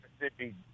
Mississippi